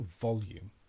volume